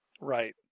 Right